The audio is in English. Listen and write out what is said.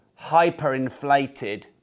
hyperinflated